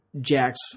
Jack's